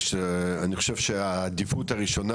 אני חושב שעדיפות הראשונה,